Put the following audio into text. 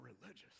religious